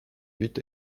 huit